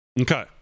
Okay